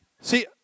see